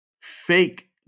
fake